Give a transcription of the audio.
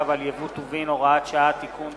ועל ייבוא טובין) (הוראת שעה) (תיקון),